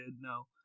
no